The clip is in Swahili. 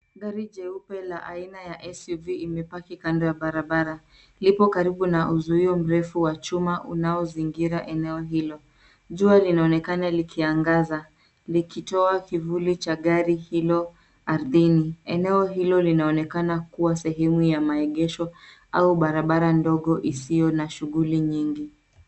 Gari jeupe la aina ya SUV imepaki kando ya barabara. Lipo karibu na uzuio mrefu wa chuma unaozingira eneo hilo. Jua linaonekana likiangaza likitoa kivuli cha gari hilo ardhini. Eneo hilo linaonekana kuwa sehemu ya maegesho au barabara ndogo isiyo na shughuli nyingi.